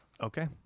Okay